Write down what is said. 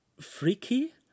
Freaky